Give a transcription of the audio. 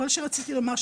כל שרציתי לומר,